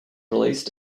released